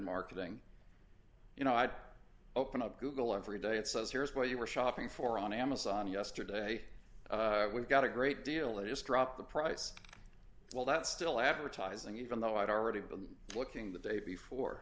marketing you know i'd open up google every day it says here's what you were shopping for on amazon yesterday we've got a great deal of just drop the price well that's still advertising even though i'd already been looking the day before